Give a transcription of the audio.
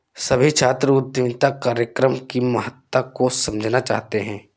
सभी छात्र उद्यमिता कार्यक्रम की महत्ता को समझना चाहते हैं